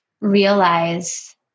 realize